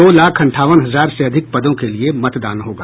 दो लाख अंठावन हजार से अधिक पदों के लिए मतदान होगा